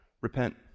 Repent